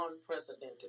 unprecedented